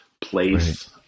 place